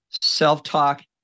self-talk